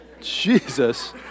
Jesus